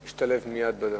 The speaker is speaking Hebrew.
הוא ישתלב מייד בהצעה.